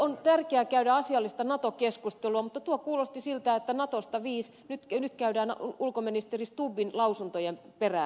on tärkeää käydä asiallista nato keskustelua mutta tuo kuulosti siltä että natosta viis nyt käydään ulkoministeri stubbin lausuntojen perään